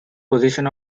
position